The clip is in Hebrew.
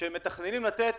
שמתכננים לתת